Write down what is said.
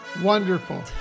wonderful